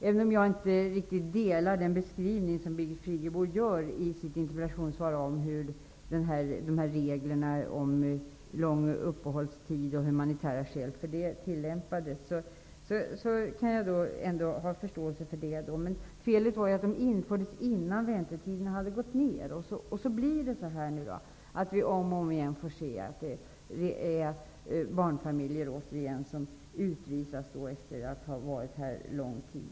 Även om jag inte riktigt delar den beskrivning som Birgit Friggebo gör i sitt interpellationssvar om hur reglerna om lång uppehållstid och humanitära skäl tillämpades, kan jag ändå ha förståelse för detta. Men felet var att reglerna infördes innan väntetiderna hade gått ner. Då blir det som det nu har blivit. Vi får om igen se att barnfamiljer utvisas efter att ha varit här under lång tid.